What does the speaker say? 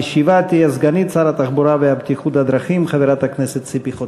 המשיבה תהיה סגנית שר התחבורה והבטיחות בדרכים חברת הכנסת ציפי חוטובלי.